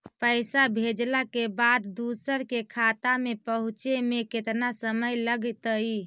पैसा भेजला के बाद दुसर के खाता में पहुँचे में केतना समय लगतइ?